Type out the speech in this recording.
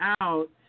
out